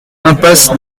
impasse